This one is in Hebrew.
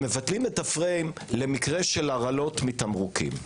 הם מבטלים את הפריים למקרה של הרעלות מתמרוקים,